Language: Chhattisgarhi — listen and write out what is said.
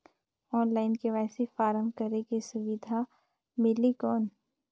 ऑनलाइन के.वाई.सी फारम करेके सुविधा मिली कौन?